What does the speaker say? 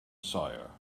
sawyer